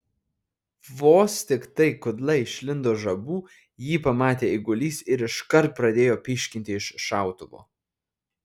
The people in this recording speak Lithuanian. vos tiktai kudla išlindo žabų jį pamatė eigulys ir iškart pradėjo pyškinti iš šautuvo